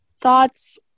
thoughts